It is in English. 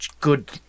good